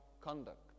conduct